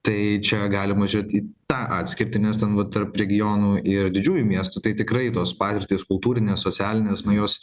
tai čia galima žiūrėt į tą atskirtį nes ten vat tarp regionų ir didžiųjų miestų tai tikrai tos patirtys kultūrines socialines nu jos